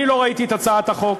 אני לא ראיתי את הצעת החוק,